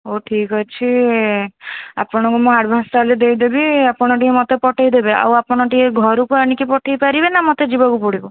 ହଉ ଠିକ୍ ଅଛି ଆପଣଙ୍କୁ ମୁଁ ଆଡ଼ଭାନ୍ସ୍ ତାହେଲେ ଦେଇଦେବି ଆପଣ ଟିକେ ମୋତେ ପଠେଇ ଦେବେ ଆଉ ଆପଣ ଟିକେ ଘରକୁ ଆଣିକି ପଠେଇ ପାରିବେ ନା ମୋତେ ଯିବାକୁ ପଡ଼ିବ